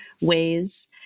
ways